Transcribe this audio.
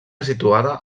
situada